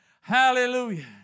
hallelujah